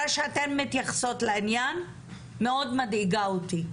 שאתן מתייחסות לעניין מאוד מדאיגה אותי.